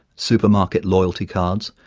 supermarket loyalty cards,